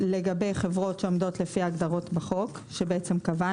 לגבי חברות שעומדות לפי ההגדרות בחוק שקבענו,